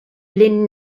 lin